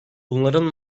bunların